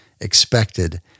expected